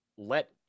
let